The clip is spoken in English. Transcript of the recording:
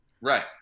right